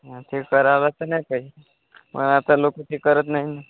हां ते करायला तर नाही पाय म आता लोक ते करत नाही ना